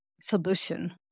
solution